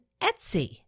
Etsy